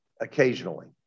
Occasionally